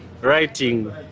writing